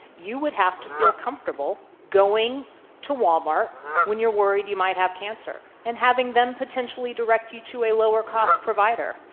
you would have to feel comfortable going to wal-mart when you're worried you might have cancer and having them potentially direct you to a lower cost provider.